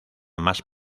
más